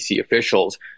officials